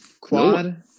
Quad